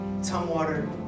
Tumwater